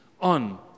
on